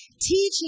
teaching